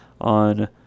on